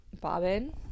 Bobbin